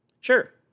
Sure